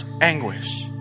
anguish